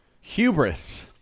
Hubris